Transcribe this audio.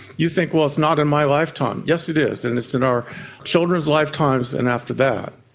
you think, well, it's not in my lifetime. yes it is, and it's in our children's lifetimes and after that.